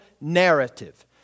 narrative